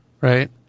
right